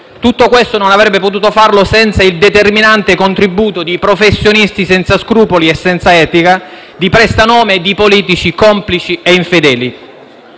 delle autorità preposte, senza il determinante contributo di professionisti senza scrupoli e senza etica, di prestanome, di politici complici e infedeli.